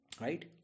Right